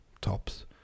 tops